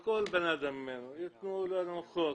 לכל בן אדם, ייתנו לנו חוק,